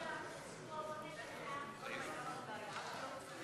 אדוני היושב-ראש,